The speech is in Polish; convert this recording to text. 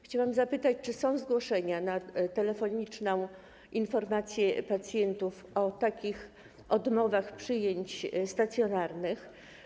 Chciałam zapytać, czy są zgłoszenia na telefoniczną informację pacjentów o odmowach przyjęć stacjonarnych.